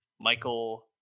Michael